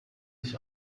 ich